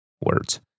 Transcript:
Words